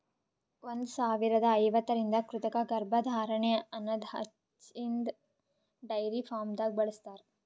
ಒಂದ್ ಸಾವಿರದಾ ಐವತ್ತರಿಂದ ಕೃತಕ ಗರ್ಭಧಾರಣೆ ಅನದ್ ಹಚ್ಚಿನ್ದ ಡೈರಿ ಫಾರ್ಮ್ದಾಗ್ ಬಳ್ಸತಾರ್